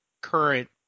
current